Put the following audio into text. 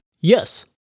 Yes